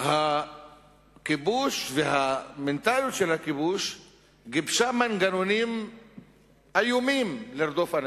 הכיבוש והמנטליות של הכיבוש גיבשו מנגנונים איומים לרדוף אנשים.